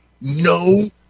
no